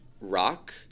rock